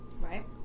Right